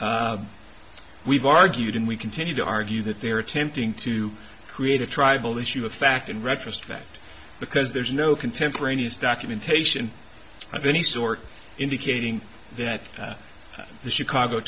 we've argued and we continue to argue that they're attempting to create a tribal issue a fact in retrospect because there's no contemporaneous documentation of any sort indicating that the chicago